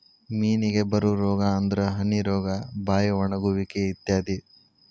ಮೇನಿಗೆ ಬರು ರೋಗಾ ಅಂದ್ರ ಹನಿ ರೋಗಾ, ಬಾಯಿ ಒಣಗುವಿಕೆ ಇತ್ಯಾದಿ